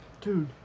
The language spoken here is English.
Dude